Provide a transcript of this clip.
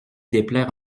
déplaire